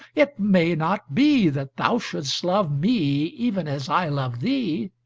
it may not be that thou shouldst love me even as i love thee.